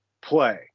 play